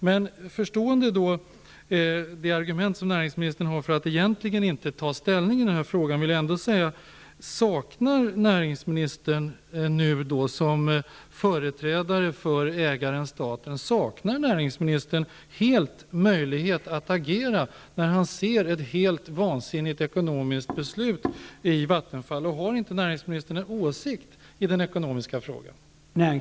Jag förstår det argument som näringsministern anför för att egentligen inte ta ställning i frågan. Saknar näringsministern, som företrädare för ägaren staten, helt möjlighet att agera när han ser ett helt vansinnigt ekonomiskt beslut fattas i Vattenfall? Har inte näringsministern en åsikt i den ekonomiska frågan?